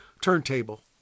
turntable